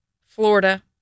Florida